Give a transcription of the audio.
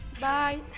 Bye